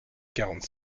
quarante